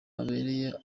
abereye